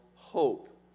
Hope